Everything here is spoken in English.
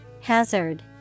Hazard